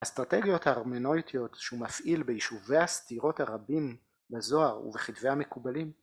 האסטרטגיות ההרמנויטיות שהוא מפעיל בישובי הסתירות הרבים בזוהר ובכתבי המקובלים